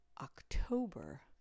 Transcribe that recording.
October